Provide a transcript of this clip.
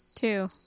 Two